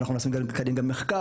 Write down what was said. ואנחנו מנסים לקדם גם מחקר.